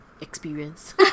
experience